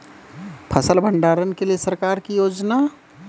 फसल भंडारण के लिए सरकार की योजना?